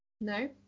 No